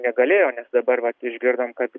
negalėjo nes dabar vat išgirdom kad